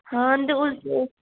हां ते उसदे